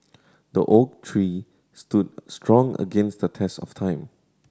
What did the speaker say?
the oak tree stood strong against the test of time